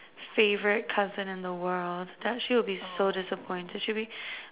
favorite cousin in the world she would be so disappointed she will be